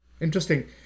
Interesting